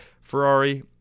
Ferrari